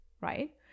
right